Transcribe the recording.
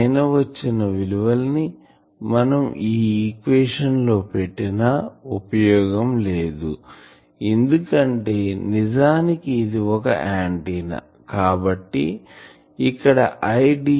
పైన వచ్చిన విలువల్ని మనం ఈ ఈక్వేషన్ లో పెట్టినా ఉపయోగం లేదు ఎందుకంటే నిజానికి ఇది ఒక ఆంటిన్నా కాబట్టి ఇక్కడ I